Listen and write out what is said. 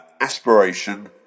aspiration